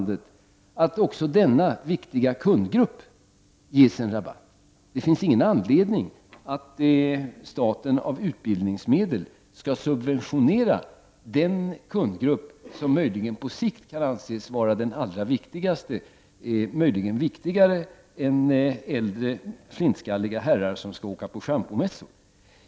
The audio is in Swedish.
Det finns ingen anledning för staten att av utbildningsmedel subventionera den kundgrupp som möjligen på sikt kan anses vara den allra viktigaste för Statens Järnvägar, möjligen viktigare än äldre flintskalliga herrar som skall åka på schampomässor.